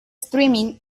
streaming